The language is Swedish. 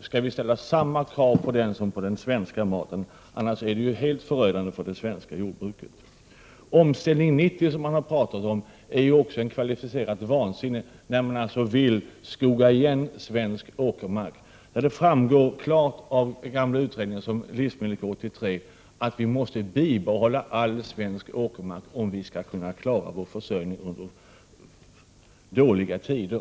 skall vi ställa samma krav på all importerad mat som på den svenska maten, annars blir det helt förödande för det svenska jordbruket. Omställning 90, som man har talat om, är ju också kvalificerat vansinne — när man alltså vill ”skoga igen” svensk åkermark. Det framgår klart av gamla utredningar, såsom 1983 års livsmedelskommitté, att vi måste bibehålla all svensk åkermark om vi skall kunna klara vår försörjning under dåliga tider.